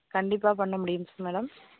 கண்டிப்பாக பண்ண முடியும் எஸ் மேடம்